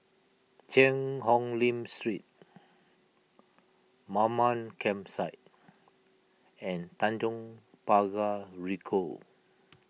Cheang Hong Lim Street Mamam Campsite and Tanjong Pagar Ricoh